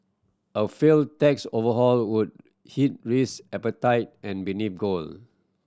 a failed tax overhaul would hit risk appetite and benefit gold